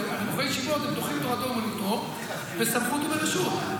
הרי בחורי ישיבות דוחים בשל תורתו אומנותו בסמכות וברשות.